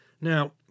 Now